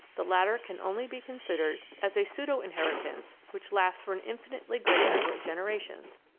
the latter can only be considered as a pseudo-inheritance which lasts for an infinitely great number of generations.